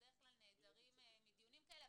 הם בדרך כלל נעדרים מדיונים כאלה.